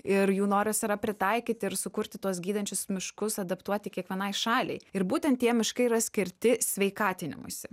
ir jų noras yra pritaikyti ir sukurti tuos gydančius miškus adaptuoti kiekvienai šaliai ir būtent tie miškai yra skirti sveikatinimuisi